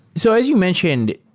so as you mentioned,